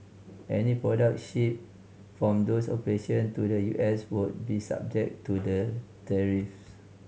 any product shipped from those operation to the U S would be subject to the tariffs